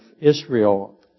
Israel